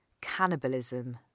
cannibalism